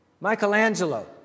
Michelangelo